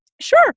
sure